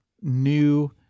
new